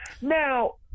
Now